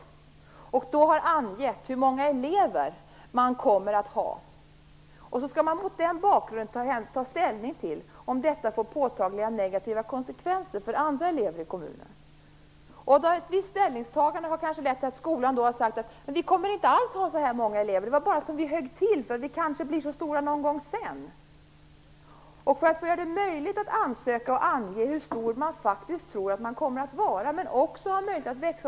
Skolan har då angett hur många elever den kommer att ha. Mot den bakgrunden skall man ta ställning till om detta får påtagliga negativa konsekvenser för andra elever i kommunen. Ett visst ställningstagande har kanske lett till att skolan har sagt att "vi kommer inte alls att ha så här många elever, det vara bara som vi högg till med för att vi kanske blir så stora någon gång sedan". Man måste göra det möjligt för en skola att ansöka om bidrag och ange hur stor skolan faktiskt tror sig komma att bli, men det måste också finnas möjlighet att växa.